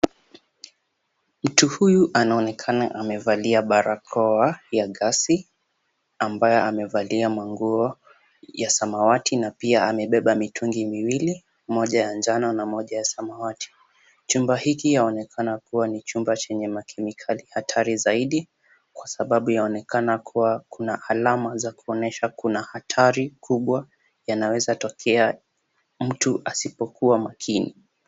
Mtu huyu anaonekana amevalia barakoa ya gasi ambaye amevalia manguo ya samawati na pia amebeba mitungi miwili, moja ya njano na nyingine ya samawati. Chumba hili laonekana kubwa chumba chenye makemikali hatari zaidi, kwa sababu yaonekana kuwa kuna alama za kuonyesha kuwa kuna hatari kubwa yanaweza tokea mtu asipokuwa makini.